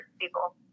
people